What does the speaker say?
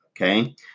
okay